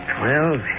Twelve